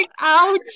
ouch